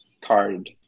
card